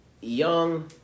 young